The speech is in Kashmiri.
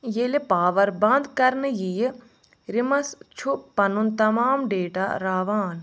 ییلہ پاور بند كرنہٕ ییہِ رِمَس چھُ پنُن تمام ڈیٹا راوان